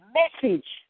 message